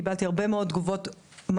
קיבלתי הרבה מאוד תגובות מפתיעות.